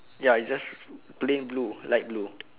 ya is just plain blue light blue